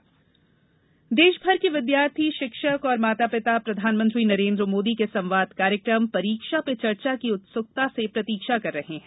परीक्षा चर्चा देशभर के विद्यार्थी शिक्षक और माता पिता प्रधानमंत्री नरेन्द्र मोदी के संवाद कार्यक्रम परीक्षा पर चर्चा की उत्सुकता से प्रतीक्षा कर रहे हैं